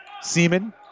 Seaman